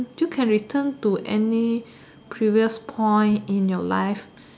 you can return to any previous point in your life